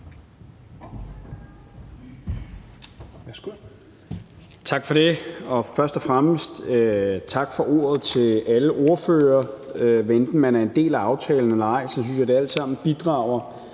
Tak for det. Først og fremmest tak for debatten til alle ordførere. Hvad enten man er en del af aftalen eller ej, synes jeg det alt sammen bidrager